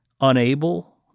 unable